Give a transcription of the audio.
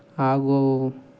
ಹಾಗೂ